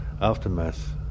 aftermath